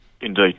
Indeed